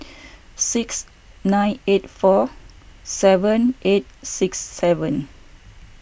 six nine eight four seven eight six seven